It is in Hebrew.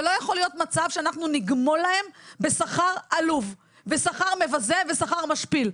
ולא יכול להיות מצב שאנחנו נגמול להם בשכר עלוב ושכר מבזה ושכר משפיל.